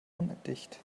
undicht